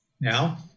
Now